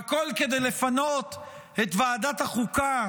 והכול כדי לפנות את ועדת החוקה,